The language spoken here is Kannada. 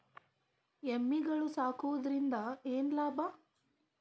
ಎಮ್ಮಿಗಳು ಸಾಕುವುದರಿಂದ ಏನು ಲಾಭ?